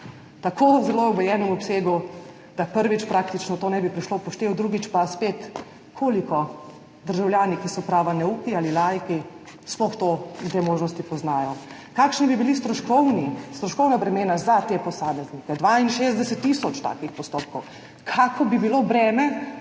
tako v zelo omejenem obsegu, da prvič praktično to ne bi prišlo v poštev, drugič pa, koliko državljani, ki so prava neuki ali laiki, sploh to in te možnosti poznajo. Kakšna bi bila stroškovna bremena za te posameznike? 62 tisoč takih postopkov. Kakšno bi bilo breme